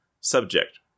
subject